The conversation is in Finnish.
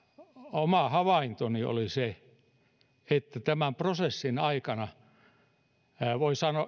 oma havaintoni oli se että tämän prosessin aikana voi sanoa